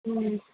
હમ